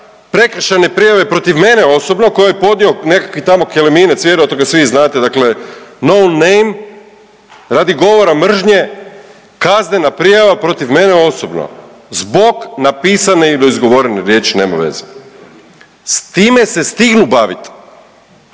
prekršajne prijave protiv mene osobno koje je podnio nekakvi tamo Keleminec, vjerojatno ga svi znate, dakle no name radi govora mržnje kaznena prijava protiv mene osobno zbog napisane ili izgovorene riječi, nema veze. S time se stignu baviti.